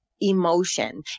emotion